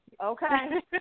Okay